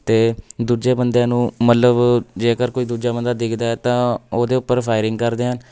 ਅਤੇ ਦੂਜੇ ਬੰਦਿਆਂ ਨੂੰ ਮਤਲਬ ਜੇਕਰ ਕੋਈ ਦੂਜਾ ਬੰਦਾ ਦਿਖਦਾ ਹੈ ਤਾਂ ਉਹਦੇ ਉੱਪਰ ਫਾਇਰਿੰਗ ਕਰਦੇ ਹਨ